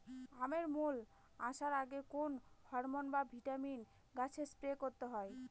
আমের মোল আসার আগে কোন হরমন বা ভিটামিন গাছে স্প্রে করতে হয়?